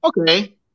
Okay